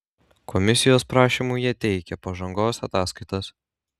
komisijos prašymu jie teikia pažangos ataskaitas